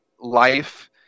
life